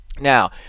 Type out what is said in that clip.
Now